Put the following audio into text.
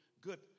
good